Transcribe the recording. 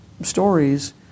stories